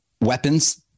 weapons